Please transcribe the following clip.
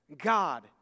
God